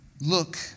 Look